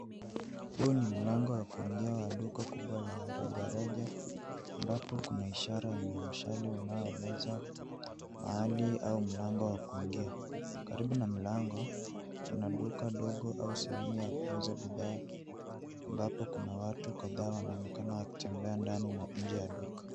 Huu ni mlango wa kuingia wa duka kubwa la rejareja ambapo kuna ishara yenye mshale unaoeleza mahali au mlango wa kuingia. Karibu na mlango, kuna duka ndogo au sehemu ya kuuza bidhaa ambapo kuna watu kadhaa wanaoonekana wakitembea ndani na nje ya duka.